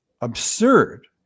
absurd